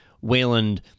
Wayland